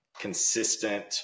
consistent